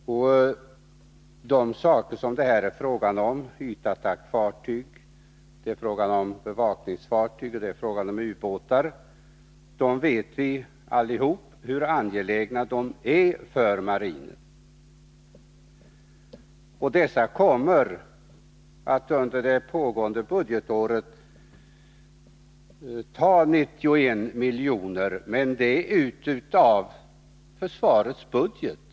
När det gäller de saker som det här är fråga om — ytattackfartyg, bevakningsfartyg, ubåtar — vet vi allihopa hur angelägna dessa är för marinen. Det kommer att under det pågående budgetåret ta 91 miljoner i anspråk, men det tas av försvarets budget.